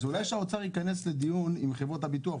אז אולי שהאוצר ייכנס לדיון עם חברות הביטוח,